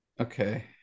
Okay